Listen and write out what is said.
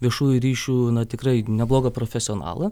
viešųjų ryšių tikrai neblogą profesionalą